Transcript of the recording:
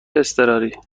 اضطراری